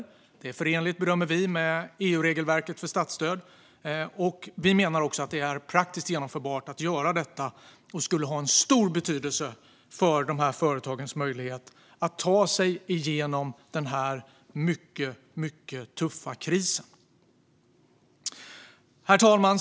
Vi bedömer att det är förenligt med EU:s regelverk för statsstöd. Vi menar också att det är praktiskt genomförbart att göra det här, och det skulle ha stor betydelse för företagens möjlighet att ta sig igenom den mycket tuffa krisen. Herr talman!